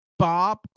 Bob